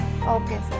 okay